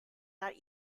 that